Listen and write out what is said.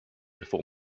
before